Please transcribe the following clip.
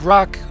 Rock